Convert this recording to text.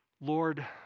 Lord